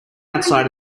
outside